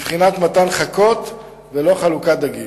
בבחינת מתן חכות ולא חלוקת דגים,